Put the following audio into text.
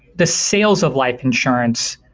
the sales of life insurance,